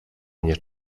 mnie